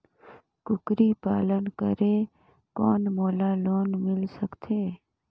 कूकरी पालन करे कौन मोला लोन मिल सकथे?